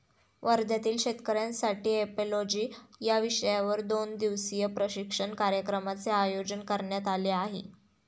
वर्ध्यातील शेतकऱ्यांसाठी इपिओलॉजी या विषयावर दोन दिवसीय प्रशिक्षण कार्यक्रमाचे आयोजन करण्यात आले आहे